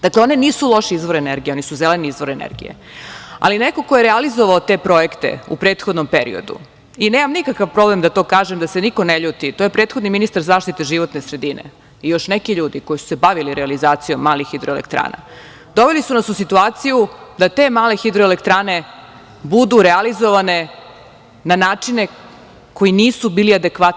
Dakle, one nisu loš izvor energije, one su zeleni izvor energije, ali neko ko je realizovao te projekte u prethodnog periodu, i nemam nikakav problem da to kažem, da se niko ne ljuti, to je prethodni ministar zaštite životne sredine i još neki ljudi koji su se bavili realizacijom malih hidroelektrana, doveli su nas u situaciju da te male hidroelektrane budu realizovane na načine koji nisu bili adekvatni.